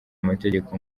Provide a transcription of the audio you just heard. amategeko